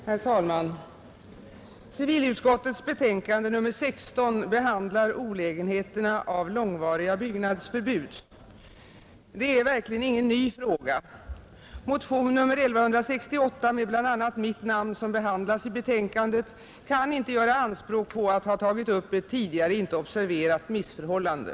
Nr 86 Herr Falnvni CIyllutskattets betänkande nr 16 behandlär lägenheter Torsdagen den na av långvariga byggnadsförbud. Det är verkligen ingen ny fråga. 13 maj 1971 Motionen 1168 med bl.a. mitt namn, som behandlas i betänkandet, kan — inte göra anspråk på att ha tagit upp ett tidigare inte observerat Olägenheterna med missförhållande.